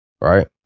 right